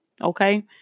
okay